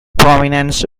prominence